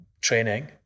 training